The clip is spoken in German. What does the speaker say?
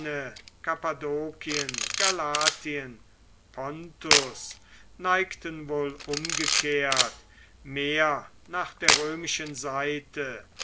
kappadokien galatien pontus neigten wohl umgekehrt mehr nach der römischen seite